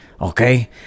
okay